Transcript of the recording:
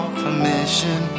permission